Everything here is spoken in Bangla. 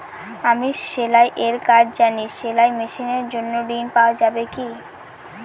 আমি সেলাই এর কাজ জানি সেলাই মেশিনের জন্য ঋণ পাওয়া যাবে কি?